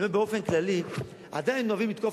אני אומר באופן כללי: עדיין אוהבים לתקוף